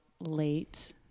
late